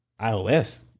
IOS